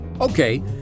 Okay